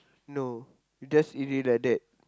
no you just eat it like that